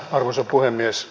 arvoisa puhemies